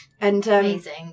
Amazing